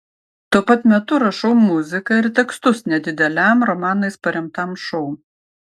tuo pat metu rašau muziką ir tekstus nedideliam romanais paremtam šou